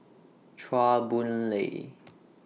Chua Boon Lay